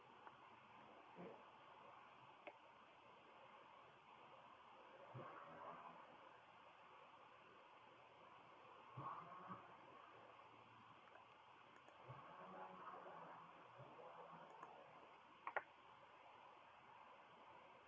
mm